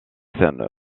scène